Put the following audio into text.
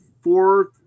four